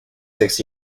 six